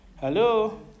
Hello